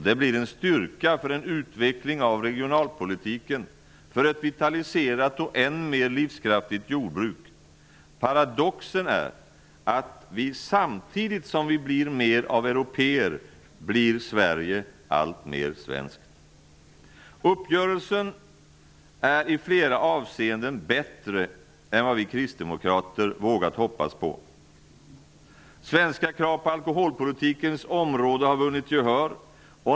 Det blir en styrka för en utveckling av regionalpolitiken, för ett vitaliserat och än mer livskraftigt jordbruk. Paradoxen är att samtidigt som vi blir mer av européer, blir Sverige alltmer svenskt. Uppgörelsen är i flera avseenden bättre än vad vi kristdemokrater vågat hoppas på. Svenska krav på alkoholpolitikens område har vunnit gehör.